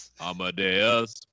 Amadeus